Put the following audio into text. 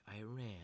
Iran